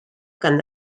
gan